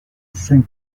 saint